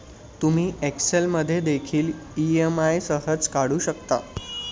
तुम्ही एक्सेल मध्ये देखील ई.एम.आई सहज काढू शकता